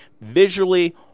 Visually